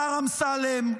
השר אמסלם,